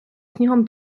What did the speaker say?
снігом